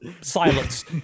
silence